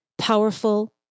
Powerful